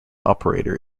operator